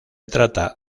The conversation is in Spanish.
trata